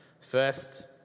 First